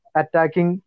attacking